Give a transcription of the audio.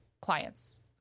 clients